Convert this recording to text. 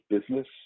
business